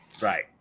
Right